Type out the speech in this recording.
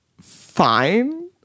fine